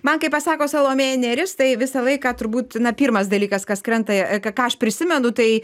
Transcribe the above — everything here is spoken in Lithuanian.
man kaip pasako salomėja neris tai visą laiką turbūt na pirmas dalykas kas krenta ką ką aš prisimenu tai